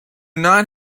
not